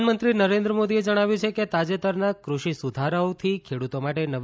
પ્રધાનમંત્રી નરેન્દ્ર મોદીએ જણાવ્યું છે કે તાજેતરના કૃષિ સુધારાથી ખેડૂતો માટે નવી